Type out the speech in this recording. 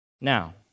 Now